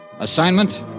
Assignment